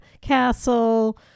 castle